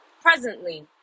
presently